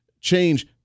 change